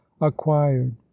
acquired